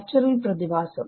natural പ്രതിഭാസം